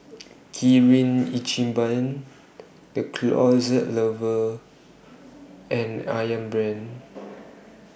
Kirin Ichiban The Closet Lover and Ayam Brand